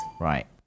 Right